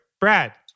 Brad